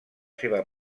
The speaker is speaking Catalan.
seva